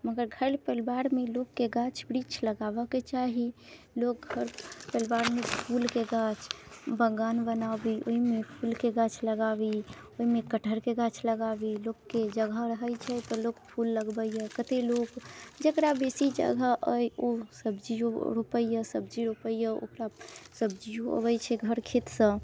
मगर घर परिवारमे लोककेँ गाछ वृक्ष लगाबऽके चाही लोक घर परिवारमे फूलके गाछ बागान बनाबी ओहिमे फूलके गाछ लगाबी ओहिमे कटहरके गाछ लगाबी लोककेँ जगह रहैत छै तऽ लोक फूल लगबैया कतेक लोक जेकरा बेसी जगह अइ ओ सब्जिओ रोपैया सब्जी रोपैया ओकरा सब्जिओ अबैत छै घर खेतसँ